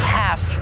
half